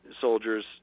soldiers